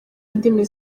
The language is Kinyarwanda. indimi